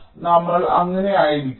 അതിനാൽ നമ്മൾ അങ്ങനെ ആയിരിക്കാം